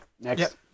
Next